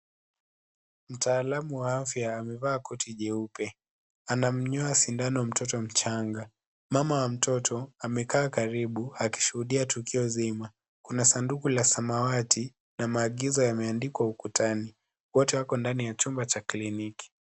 Mtaalamu wa afya amevaa koti jeupe. Anamnyoa sindano mtoto mchanga. Mama ya mtoto amekaa karibu akishuhudia tukio nzima. Kuna sanduku la samawati na maagizo yameandikwa ukutani. Wote wako ndani ya chumba cha kliniki.